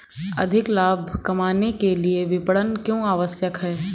अधिक लाभ कमाने के लिए विपणन क्यो आवश्यक है?